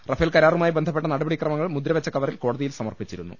Rafale കരാറുമായി ബന്ധപ്പെട്ട നടപടിക്രമങ്ങൾ മുദ്രവെച്ച കവറിൽ കോടതിയിൽ സമർപ്പി ച്ചിരുന്നു